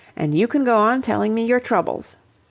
and you can go on telling me your troubles.